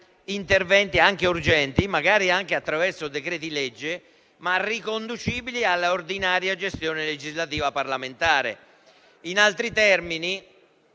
interventi, anche urgenti, magari anche attraverso decreti-legge, ma riconducibili alla ordinaria gestione legislativa parlamentare. In altri termini,